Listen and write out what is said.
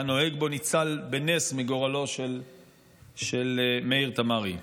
והנוהג בו ניצל בנס מגורלו של מאיר תמרי.